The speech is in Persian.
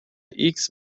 ایکس